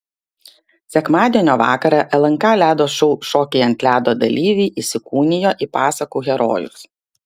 sekmadienio vakarą lnk ledo šou šokiai ant ledo dalyviai įsikūnijo į pasakų herojus